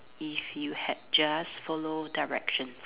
if you had just follow directions